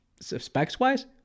specs-wise